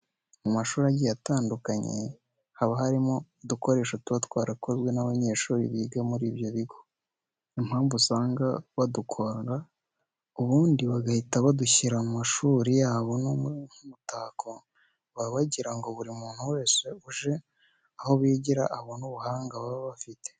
Mu mashuri agiye atandukanye haba harimo udukoresho tuba twarakozwe n'abanyeshuri biga muri ibyo bigo. Impamvu usanga badukora ubundi bagahita badushyira mu mashuri yabo nk'umutako, baba bagira ngo buri muntu wese uje aho bigira abone ubuhanga baba bafite.